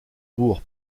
pour